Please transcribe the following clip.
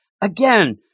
again